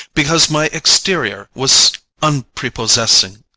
because my exterior was unprepossessing.